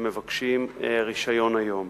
שמבקשים רשיון היום.